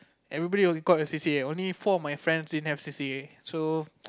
everybody will be caught in C_C_A only four of my friends didn't have C_C_A so